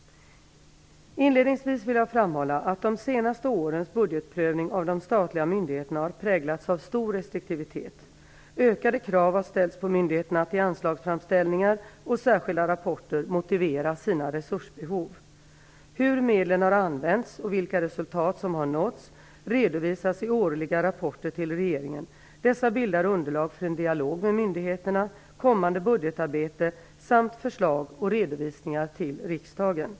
Inledningsvis vill jag framhålla att de senaste årens budgetprövning av de statliga myndigheterna präglats av stor restriktivitet. Ökade krav har ställts på myndigheterna att i anslagsframställningar och särskilda rapporter motivera sina resursbehov. Hur medlen har använts och vilka resultat som har nåtts redovisas i årliga rapporter till regeringen. Dessa bildar underlag för en dialog med myndigheterna, kommande budgetarbete samt förslag och redovisningar till riksdagen.